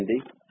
Andy